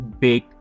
big